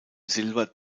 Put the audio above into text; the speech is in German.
silber